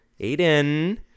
Aiden